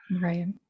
Right